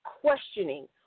questioning